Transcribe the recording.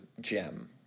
gem